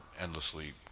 endlessly